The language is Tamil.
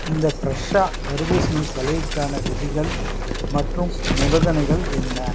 இந்த ப்ரெஷ்ஷா தர்பூசணி சலுகைக்கான விதிகள் மற்றும் நிபந்தனைகள் என்ன